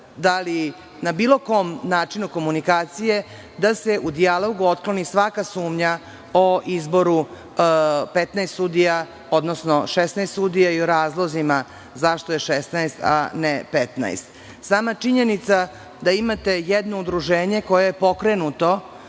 da li na bilo kom načinu komunikacije da se u dijalogu otkloni svaka sumnja o izboru 15 sudija, odnosno 16 sudija i o razlozima zašto je 16 a ne 15.Sama činjenica da imate jedno udruženje koje je pokrenuto